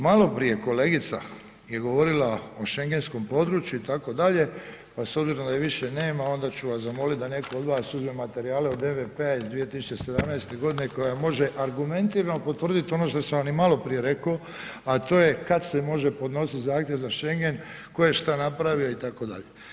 Malo prije kolegica je govorila o šengenskom području itd., pa s obzirom da je više nema onda ću vas zamoliti da netko od vas uzme materijale od MVEP iz 2017. godine koja može argumentirano potvrditi ono što sam vam i malo prije rekao a to je kada se može podnositi zahtjev za šengen tko je šta napravio itd.